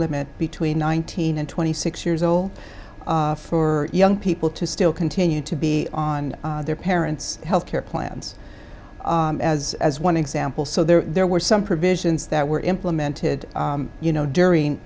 limit between nineteen and twenty six years old for young people to still continue to be on their parents health care plans as as one example so there were some provisions that were implemented you know during